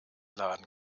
laden